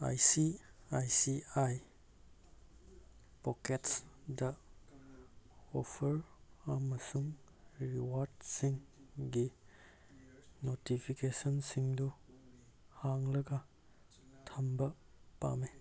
I C I C I ꯄꯣꯀꯦꯠꯁꯗ offer ꯑꯃꯁꯨꯡ ꯔꯤꯋꯥꯔꯗꯁꯤꯡꯒꯤ ꯅꯣꯇꯤꯐꯤꯀꯦꯁꯟꯁꯤꯡꯗꯨ ꯍꯥꯡꯂꯒ ꯊꯝꯕ ꯄꯥꯝꯃꯤ